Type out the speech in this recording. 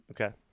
Okay